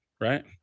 right